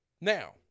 Now